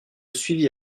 suivi